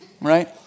Right